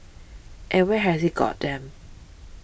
and where has it got them